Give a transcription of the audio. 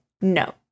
no